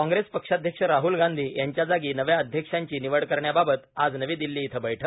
कॉंप्रेस पक्षाध्यक्ष राहुल गोषी यांच्या जागी नव्या अध्यक्षांची निवड करण्यावावत आज नवी दिल्ली इथं बैठक